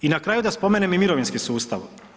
I na kraju da spomenem i mirovinski sustav.